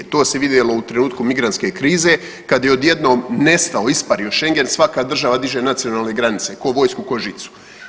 To se vidjelo u trenutku migrantske krize kad je odjednom nestao, ispario Schengen, svaka država diže nacionalne granice tko vojsku, tko žicu.